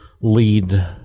lead